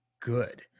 good